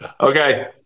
Okay